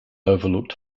overlooked